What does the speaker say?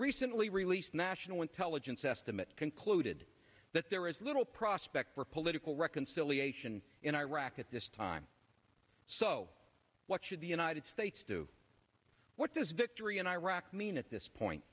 recently released national intelligence estimate concluded that there is little prospect for political reconciliation in iraq at this time so what should the united states do what does victory in iraq mean at this point